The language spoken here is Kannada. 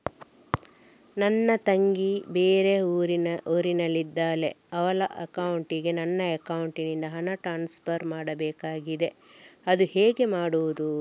ನನ್ನ ತಂಗಿ ಬೇರೆ ಊರಿನಲ್ಲಿದಾಳೆ, ಅವಳ ಅಕೌಂಟಿಗೆ ನನ್ನ ಅಕೌಂಟಿನಿಂದ ಹಣ ಟ್ರಾನ್ಸ್ಫರ್ ಮಾಡ್ಬೇಕಾಗಿದೆ, ಅದು ಹೇಗೆ ಮಾಡುವುದು?